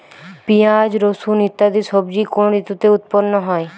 পিঁয়াজ রসুন ইত্যাদি সবজি কোন ঋতুতে উৎপন্ন হয়?